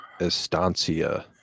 Estancia